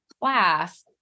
class